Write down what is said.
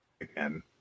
again